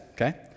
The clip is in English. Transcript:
okay